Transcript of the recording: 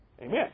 amen